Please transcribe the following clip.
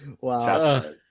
Wow